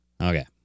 Okay